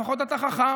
לפחות אתה חכם,